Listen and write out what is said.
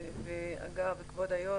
כבוד היושב-ראש,